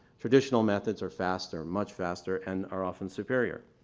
traditional methods are faster, much faster and are often superior.